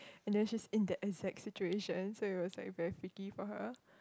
and then she is in the exact situation so we like very fickle for her